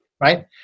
Right